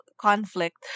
conflict